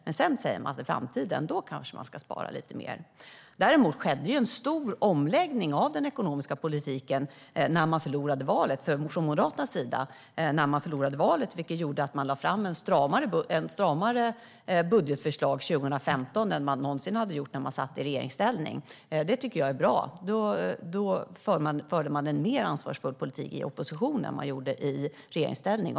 Men man säger att i framtiden kanske man ska spara lite mer. Däremot skedde det en stor omläggning av den ekonomiska politiken från Moderaternas sida när man förlorade valet, vilket gjorde att man lade fram ett stramare budgetförslag 2015 än man någonsin hade gjort när man satt i regeringsställning. Det tycker jag är bra. Man förde en mer ansvarsfull politik i opposition än man gjorde i regeringsställning.